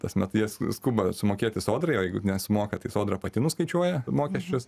tasme jie skuba sumokėti sodrai o jeigu nesumoka tai sodra pati nuskaičiuoja mokesčius